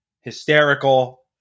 hysterical